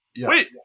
wait